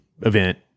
event